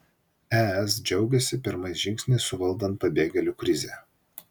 es džiaugiasi pirmais žingsniais suvaldant pabėgėlių krizę